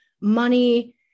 money